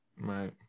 Right